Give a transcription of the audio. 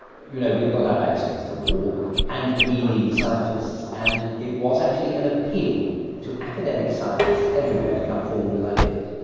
you know, we've got our backs against the wall and we need scientists. and it was actually an appeal to academic scientists everywhere to come forward with ideas.